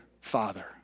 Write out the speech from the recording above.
Father